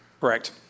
Correct